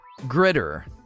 Gritter